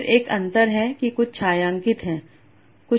फिर एक अंतर है कि कुछ छायांकित हैं कुछ नहीं हैं